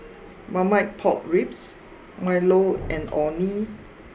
Marmite Pork Ribs Milo and Orh Nee